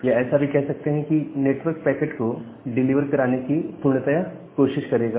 या ऐसा भी कह सकते हैं कि नेटवर्क पैकेट को डिलीवर कराने की पूर्णतया कोशिश करेगा